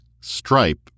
stripe